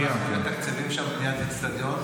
אנחנו מתקצבים שם בניית אצטדיון,